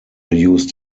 used